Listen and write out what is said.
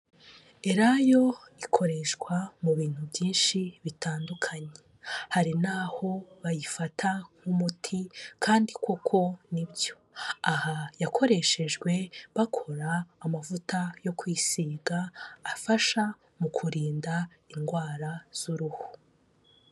Elayo ikoreshwa mu bintu byinshi bitandukanye, hari n'aho bayifata nk'umuti kandi koko nibyo, aha yakoreshejwe bakora amavuta yo kwisiga afasha mu kurinda indwara z'uruhu.